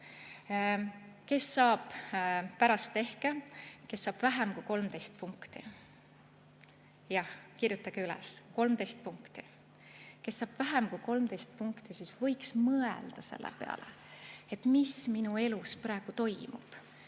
Kes saab, pärast tehke. Kes saab vähem kui 13 punkti ... Jah, kirjutage üles, 13 punkti. Kes saab vähem kui 13 punkti, võiks mõelda selle peale, mis tema elus praegu toimub.